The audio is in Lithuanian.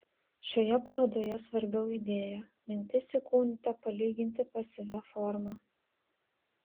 šioje parodoje svarbiau idėja mintis įkūnyta palyginti pasyvia forma